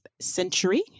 century